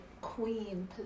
queen